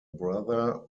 brother